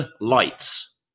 lights